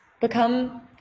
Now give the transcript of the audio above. become